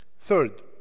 Third